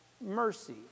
mercy